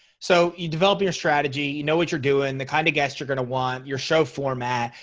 so you developing a strategy. you know what you're doing and the kind of guest you're going to want your show format.